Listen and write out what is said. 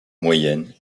moyenne